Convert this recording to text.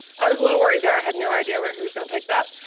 i was a little worried there. i had no idea where he was gonna take that.